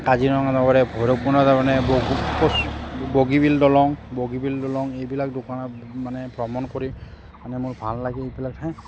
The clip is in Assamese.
কাজিৰঙাৰ লগতে ভৈৰৱকুণ্ড লগতে বগীবিল দলং বগীবিল দলং এইবিলাক মানে ভ্ৰমণ কৰি মানে মোৰ ভাল লাগে এইবিলাক ঠাই